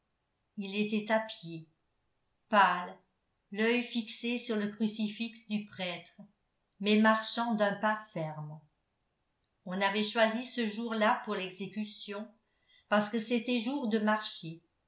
il était à pied pâle l'œil fixé sur le crucifix du prêtre mais marchant d'un pas ferme on avait choisi ce jour-là pour l'exécution parce que c'était jour de marché